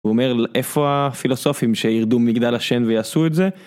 הוא אומר איפה הפילוסופים שיירדו מגדל השן ויעשו את זה.